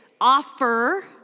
offer